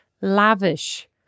lavish